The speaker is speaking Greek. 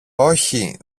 όχι